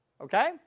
Okay